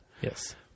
Yes